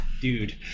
dude